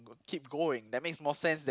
keep going that makes more sense than